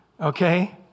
okay